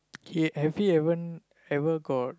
k have he even ever got